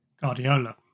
Guardiola